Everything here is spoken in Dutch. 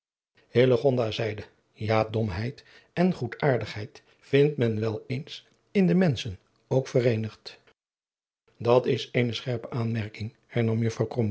de ja domheid en goedaardigheid vindt men wel eens in de menschen ook vereenigd dat is eene scherpe aanmerking hernam juffr